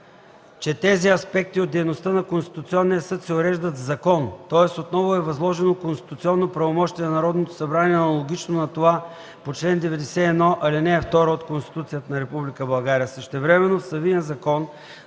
че тези аспекти от дейността на Конституционния съд се уреждат в закон, тоест отново е възложено конституционно правомощие на Народното събрание, аналогично на това по чл. 91, ал. 2 от Конституцията на Република България. Същевременно в самия Закон